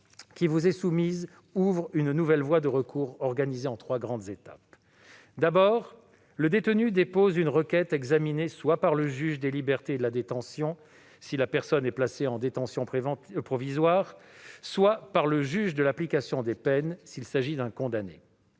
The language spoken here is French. qui vous est soumise ouvre une nouvelle voie de recours, organisée en trois grandes étapes. D'abord, le détenu dépose une requête, examinée soit par le juge des libertés et de la détention si la personne est placée en détention provisoire, soit par le juge de l'application des peines s'il s'agit d'un condamné.